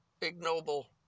ignoble